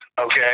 Okay